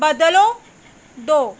ਬਦਲੋ ਦੋ